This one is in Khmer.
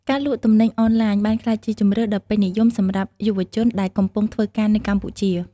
ការលក់ទំនិញអនឡាញបានក្លាយជាជម្រើសដ៏ពេញនិយមសម្រាប់យុវជនដែលកំពុងធ្វើការនៅកម្ពុជា។